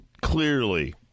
clearly